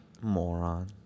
Moron